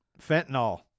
Fentanyl